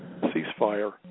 ceasefire